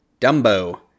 dumbo